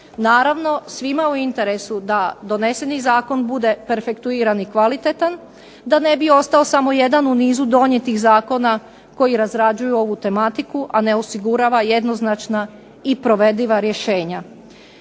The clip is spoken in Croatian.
Naravno, svima je u interesu da doneseni zakon bude perfektuiran i kvalitetan da ne bi ostao samo jedan u nizu donijetih zakona koji razrađuju ovu tematiku, a ne osigurava jednoznačna i provediva rješenja.